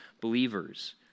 believers